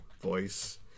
voice